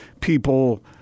people